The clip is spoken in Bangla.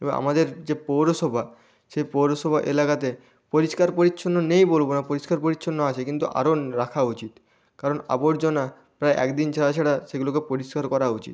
এবার আমাদের যে পৌরসভা সেই পৌরসভা এলাকাতে পরিষ্কার পরিচ্ছন্ন নেই বলবো না পরিষ্কার পরিচ্ছন্ন আছে কিন্তু আরও রাখা উচিত কারণ আবর্জনা প্রায় এক দিন ছাড়া ছাড়া সেগুলোকে পরিষ্কার করা উচিত